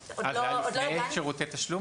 לפני חוק שירותי תשלום?